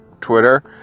Twitter